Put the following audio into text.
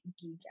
geek